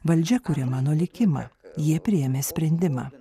valdžia kuria mano likimą jie priėmė sprendimą